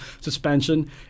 suspension